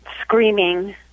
Screaming